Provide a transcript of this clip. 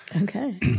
Okay